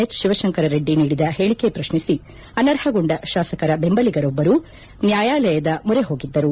ಹೆಚ್ ಶಿವಶಂಕರರೆಡ್ಡಿ ನೀಡಿದ ಹೇಳಿಕೆ ಪ್ರಶ್ನಿಸಿ ಅನರ್ಹಗೊಂಡ ಶಾಸಕರ ಬೆಂಬಲಿಗರೊಬ್ಲರು ನ್ಯಾಯಾಲಯದ ಮೊರೆ ಹೋಗಿದ್ದರು